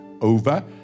over